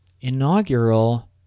Inaugural